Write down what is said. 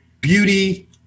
beauty